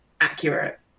accurate